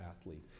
athlete